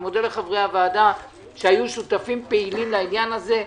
אני מודה לחברי הוועדה שהיו שותפים פעילים לעניין הזה.